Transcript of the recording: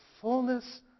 fullness